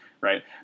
right